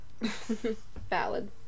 valid